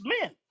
men